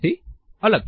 S થી અલગ છે